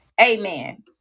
amen